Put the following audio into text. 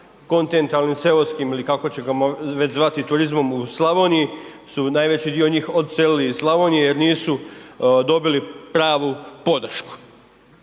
kontinentalnim, seoskim ili kako ćemo ga već zvati, turizmom u Slavoniji, su najveći dio njih odselili iz Slavonije jer nisu dobili pravu podršku.